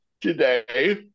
today